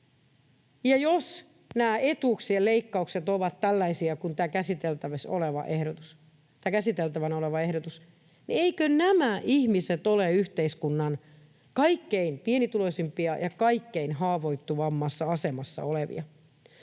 jos nämä etuuksien leikkaukset ovat tällaisia kuin tämä käsiteltävänä oleva ehdotus, niin eivätkö nämä ihmiset ole yhteiskunnan kaikkein pienituloisimpia ja kaikkein haavoittuvimmassa asemassa olevia.